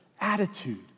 attitude